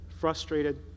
frustrated